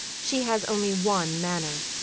she has only one manner,